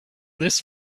this